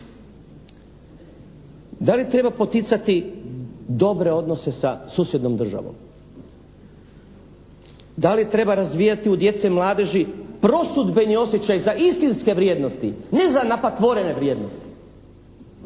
Da li treba poticati dobre odnose sa susjednom državom? Da li treba razvijati u djece i mladeži prosudbeni osjećaj za istinske vrijednosti, ne za napatvorene vrijednosti?